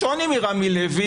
השוני מרמי לוי